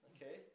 Okay